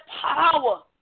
power